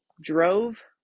drove